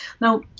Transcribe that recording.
Now